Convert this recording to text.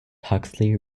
huxley